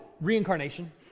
reincarnation